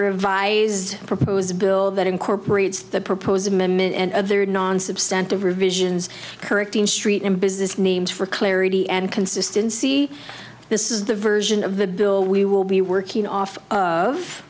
revised proposed bill that incorporates the proposed amendment and other non substantive revisions correcting street and business names for clarity and consistency this is the version of the bill we will be working off of